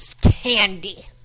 candy